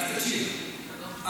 אז תקשיב, תקשיב.